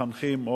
מחנכים,